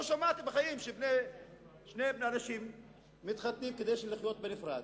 לא שמעתי בחיים ששני אנשים מתחתנים כדי לחיות בנפרד,